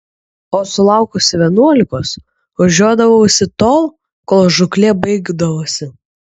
o sulaukusi vienuolikos ožiuodavausi tol kol žūklė baigdavosi